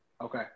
Okay